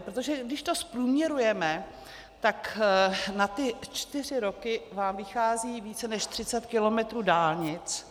Protože když to zprůměrujeme, tak na ty čtyři roky vám vychází více než 30 km dálnic.